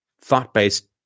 thought-based